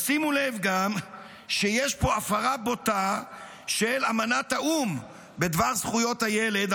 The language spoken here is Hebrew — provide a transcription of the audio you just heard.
שימו לב גם שיש פה הפרה בוטה של אמנת האו"ם בדבר זכויות הילד,